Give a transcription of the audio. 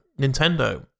Nintendo